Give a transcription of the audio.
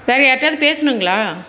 வேறே யார்கிட்டையாது பேசணுங்களா